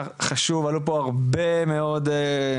הדיון הזה היה חשוב ועלו פה הרבה מאוד סוגיות,